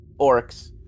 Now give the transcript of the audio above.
Orcs